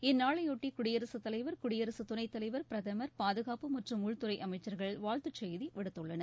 இந்நாளையொட்டி குடியரசுத் தலைவர் குடியரசுத் துணைத் தலைவர் பிரதமர் பாதுகாப்பு மற்றும் உள்துறை அமைச்சர்கள் வாழ்த்துச் செய்தி விடுத்துள்ளனர்